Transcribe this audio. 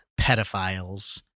pedophiles